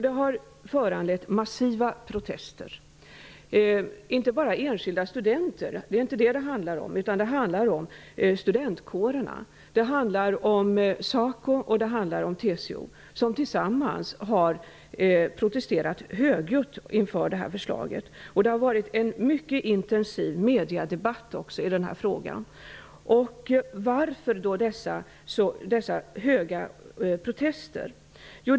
Det har föranlett massiva protester. Det handlar inte bara om enskilda studenter utan om studentkårerna. Det handlar om SACO och TCO. De har tillsammans protesterat högljutt inför det här förslaget. Det har också varit en mycket intensiv mediedebatt i den här frågan. Varför har då dessa höga protester kommit?